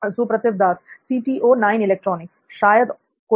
सुप्रतिव दास शायद कोई और